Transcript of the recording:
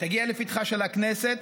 תגיע לפתחה של הכנסת.